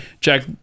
Jack